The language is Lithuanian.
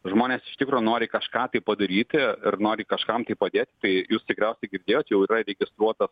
žmonės iš tikro nori kažką tai padaryti ir nori kažkam tai padėti tai jūs tikriausiai girdėjot jau yra įregistruota